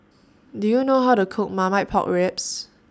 Do YOU know How to Cook Marmite Pork Ribs